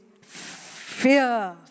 fear